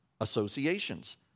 associations